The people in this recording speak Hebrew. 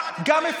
אתה תתבייש.